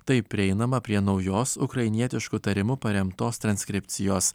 taip prieinama prie naujos ukrainietišku tarimu paremtos transkripcijos